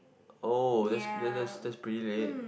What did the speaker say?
oh that's that's that's that's pretty late